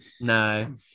no